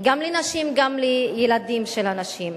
גם לנשים, גם לילדים של הנשים.